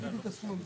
הבדיחה הזאת מוכרת